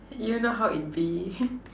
you know how it be